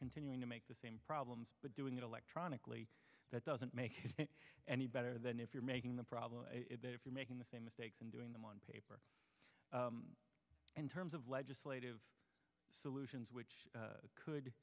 continuing to make the same problems but doing it electronically that doesn't make it any better than if you're making the problem if you're making the same mistakes and doing them on paper in terms of legislative solutions which could